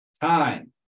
Time